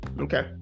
okay